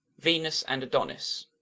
venus and adonis